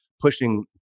pushing